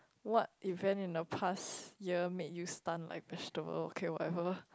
what event in the past year make you stunned like a stone okay whatever